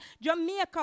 Jamaica